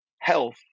health